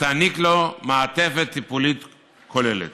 ותעניק לו מעטפת טיפולית כוללת.